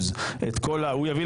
אני מבקש